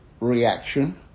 reaction